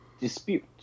dispute